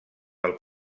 del